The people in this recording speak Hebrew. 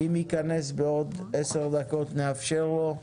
אם ייכנס בעוד עשר דקות נאפשר לו,